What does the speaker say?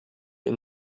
ihm